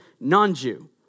non-Jew